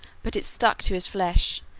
but it stuck to his flesh,